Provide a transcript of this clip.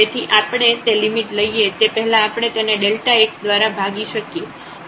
તેથી આપણે તે લિમિટ લઈએ તે પહેલા આપણે તેને x દ્વારા ભાગી શકીએ